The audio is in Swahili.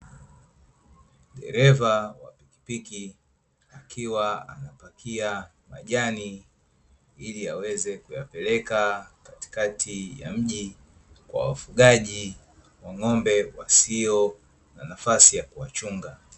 Dereva wa pikipiki akiwa anapakia majani ili aweze kuyapeleka katikati ya mji kwa wafugaji wa ng'ombe wasio na nafasi ya kuwachunga.